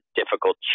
difficult